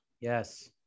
yes